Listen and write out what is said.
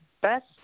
best